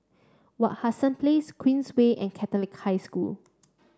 Wak Hassan Place Queensway and Catholic High School